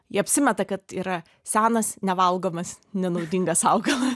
ji apsimeta kad yra senas nevalgomas nenaudingas augalas